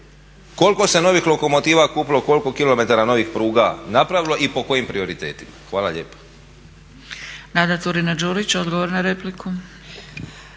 koliko se novih lokomotiva kupilo, koliko kilometara novih pruga napravilo i po kojim prioritetima? Hvala lijepa. **Zgrebec, Dragica (SDP)** Nada Turina-Đurić odgovor na repliku.